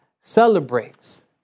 celebrates